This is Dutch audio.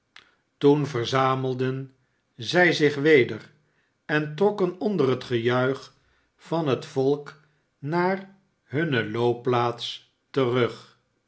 toen verzamelden zij zich weder en trokken onder het gejuich van het volk naar hunne loopplaats terug